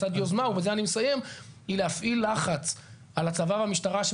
מצד יוזמה להפעיל לחץ על הצבא והמשטרה,